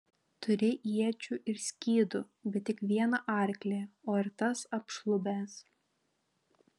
turi iečių ir skydų bet tik vieną arklį o ir tas apšlubęs